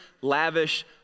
lavish